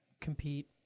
compete